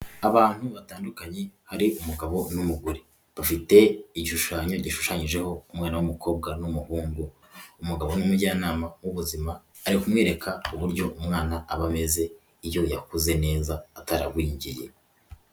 Abantu batandukanye hari umugabo n'umugore, bafite igishushanyo gishushanyijeho umwana w'umukobwa n'umuhungu, umugabo n'umujyanama w'ubuzima ari kumwemwereka uburyo umwana aba ameze iyo yakuze neza ataragwingiye.